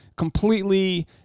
Completely